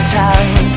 time